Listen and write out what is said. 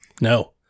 No